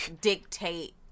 dictate